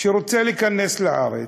שרוצה להיכנס לארץ,